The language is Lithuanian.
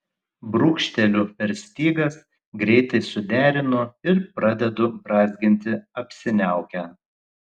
brūkšteliu per stygas greitai suderinu ir pradedu brązginti apsiniaukę